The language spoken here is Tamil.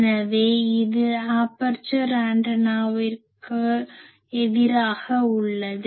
எனவே இது ஆபர்சர் ஆண்டனாவிற்கு எதிராக உள்ளது